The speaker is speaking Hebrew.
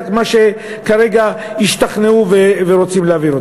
רק מה שכרגע השתכנעו ורוצים להעביר.